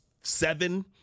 seven